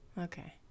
Okay